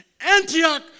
Antioch